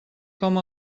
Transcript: com